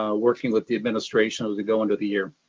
working with the administration as we go into the year.